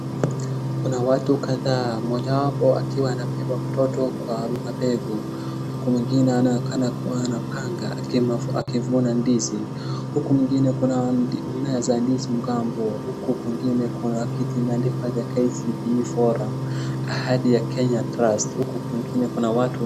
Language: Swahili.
Kuna watu kadhaa mojawapo akiwa anabeba mtoto kwa mabega huku mwingine anaonekana kuwa na panga akivuna ndizi. Huku mwingine kuna mimea za ndizi mgambo. Huku kwingine kuna kitu imeandikwa, The KCPE Forum ahadi ya Kenya Trust huku kwingine kuna watu.